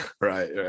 right